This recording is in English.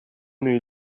new